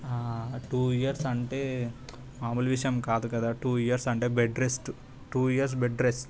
two years అంటే మామూలు విషయం కాదు కదా టూ ఇయర్స్ అంటే bed rest two years bed rest